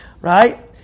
Right